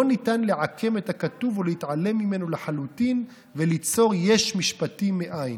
לא ניתן לעקם את הכתוב ולהתעלם ממנו לחלוטין וליצור יש משפטי מאין.